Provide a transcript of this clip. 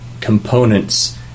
components